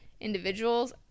individuals